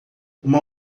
uma